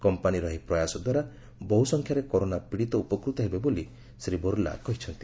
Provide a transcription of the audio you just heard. କମ୍ପାନୀର ଏହି ପ୍ରୟାସ ଦ୍ୱାରା ବହୁସଂଖ୍ୟାରେ କରୋନା ପୀଡ଼ିତ ଉପକୃତ ହେବେ ବୋଲି ଶ୍ରୀ ବର୍ଲା କହିଛନ୍ତି